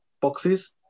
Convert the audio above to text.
boxes